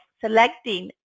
selecting